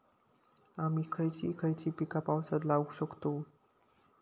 आम्ही खयची खयची पीका पावसात लावक शकतु?